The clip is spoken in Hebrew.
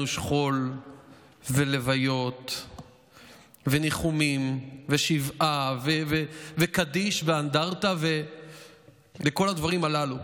שכול ולוויות וניחומים ושבעה וקדיש ואנדרטה וכל הדברים הללו.